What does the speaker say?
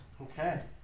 Okay